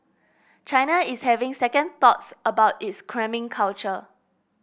China is having second thoughts about its cramming culture